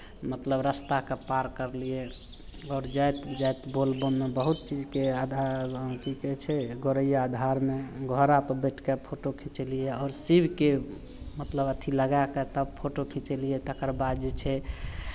मतलब रास्ताकेँ पार करलियै आओर जाइत जाइत बोलबममे बहुत चीजके आधा की कहै छै गोरैया धारमे घोड़ापर बैठि कऽ फोटो खिचेलियै आओर शिवके मतलब अथी लगाए कऽ तब फोटो खिचेलियै तकरबाद जे छै